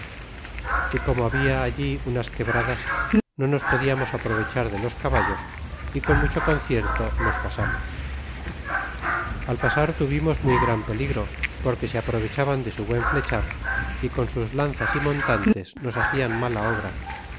y como había alunas quebradas no nos podiamos aprovechar de los caballos y con mucho concierto los pasamos al pasar tuvimos muy gran peligro porque se aprovechaban de su buen flechar y con sus lanzas y montantes nos hacian mala obra